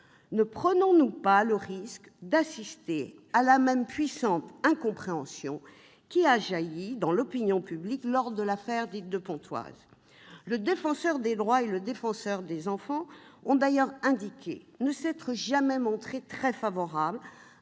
Ne prenons-nous pas le risque d'assister à la même puissante incompréhension que celle qui a jailli lors de l'affaire dite « de Pontoise »? Le Défenseur des droits et la Défenseure des enfants ont d'ailleurs indiqué ne s'être jamais montrés très favorables